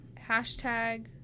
Hashtag